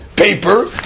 Paper